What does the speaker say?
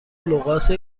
لغات